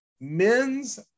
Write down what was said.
men's